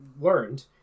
learned